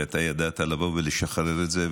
ואתה ידעת לבוא ולשחרר את זה,